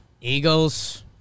Eagles